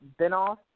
Benoff